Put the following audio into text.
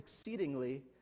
exceedingly